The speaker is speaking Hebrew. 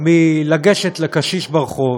מלגשת לקשיש ברחוב,